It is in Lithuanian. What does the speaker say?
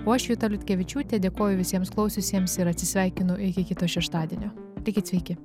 o aš juta liutkevičiūtė dėkoju visiems klausiusiems ir atsisveikinu iki kito šeštadienio likit sveiki